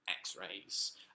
x-rays